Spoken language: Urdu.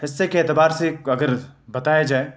حِصّے کے اعتبار سے ایک اگر بتایا جائے